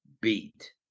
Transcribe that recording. beat